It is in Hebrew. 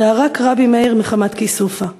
"וערק רבי מאיר מחמת כיסופא".